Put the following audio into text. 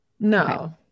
No